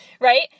Right